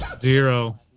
Zero